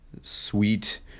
sweet